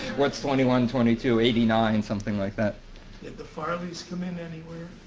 what's twenty one, twenty two, eighty nine, something like that. did the farley's come in anywhere?